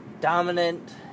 Dominant